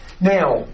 Now